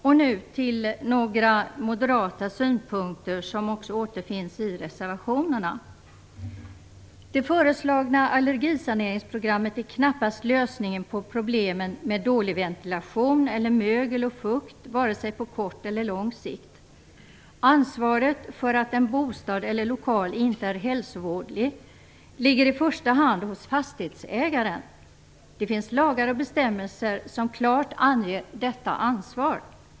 Och nu till några moderata synpunkter som också återfinns i reservationerna. Det föreslagna allergisaneringsprogrammet är knappast lösningen på problemen med dålig ventilation eller mögel och fukt, varken på kort eller på lång sikt. Ansvaret för att en bostad eller lokal inte är hälsovådlig ligger i första hand hos fastighetsägaren. Det finns lagar och bestämmelser som klart anger detta ansvar.